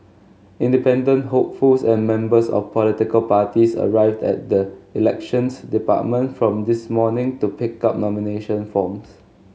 independent hopefuls and members of political parties arrived at the Elections Department from this morning to pick up nomination forms